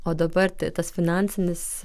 o dabar tai tas finansinis